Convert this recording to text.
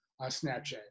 Snapchat